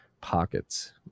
pockets